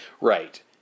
Right